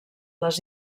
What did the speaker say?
les